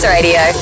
Radio